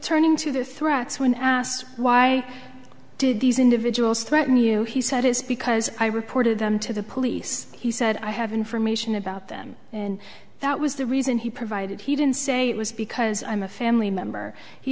turning to the threats when asked why did these individuals threaten you he said it's because i reported them to the police he said i have information about them and that was the reason he provided he didn't say it was because i'm a family member he